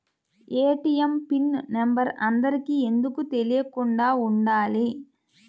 ATM PIN number అందరికి ఎందుకు తెలియకుండా ఉండాలి?